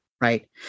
Right